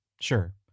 Sure